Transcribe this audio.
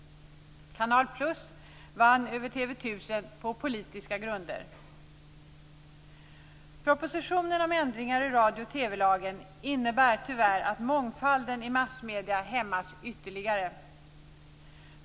Canal+ vann över TV 1000 på politiska grunder. Propositionen om ändringar i radio och TV-lagen innebär tyvärr att mångfalden i massmedierna hämmas ytterligare.